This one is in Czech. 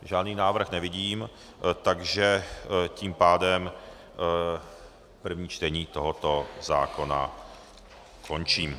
Žádný návrh nevidím, tím pádem první čtení tohoto zákona končím.